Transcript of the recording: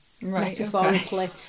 metaphorically